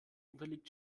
unterliegt